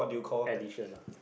addition ah